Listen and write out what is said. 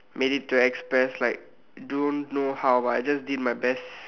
made it to express like don't know how but I just did my best